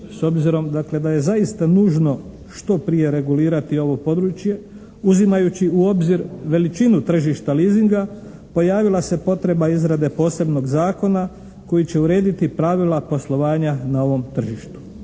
s obzirom dakle da je zaista nužno što prije regulirati ovo područje uzimajući u obzir veličinu tržišta leasinga pojavila se potreba izrade posebnog zakona koji će urediti pravila poslovanja na ovom tržištu.